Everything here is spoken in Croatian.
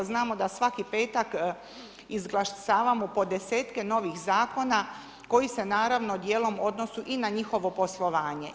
Znamo da svaki petak izglasavamo po desetke novih zakona koji se naravno dijelom odnose i na njihovo poslovanje.